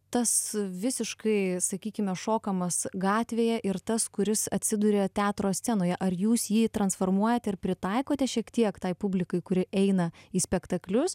tas visiškai sakykime šokamas gatvėje ir tas kuris atsiduria teatro scenoje ar jūs jį transformuojate ir pritaikote šiek tiek tai publikai kuri eina į spektaklius